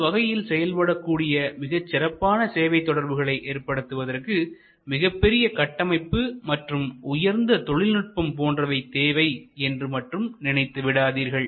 இந்த வகையில் செயல்படக்கூடிய மிகச் சிறப்பான சேவை தொடர்புகளை ஏற்படுத்துவதற்கு மிகப்பெரிய கட்டமைப்பு மற்றும் உயர்ந்த தொழில்நுட்பம் போன்றவை தேவை என்று மட்டும் நினைத்து விடாதீர்கள்